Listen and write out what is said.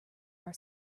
our